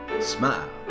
smile